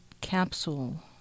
capsule